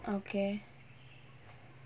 okay